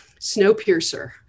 Snowpiercer